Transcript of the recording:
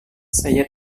saya